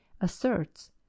asserts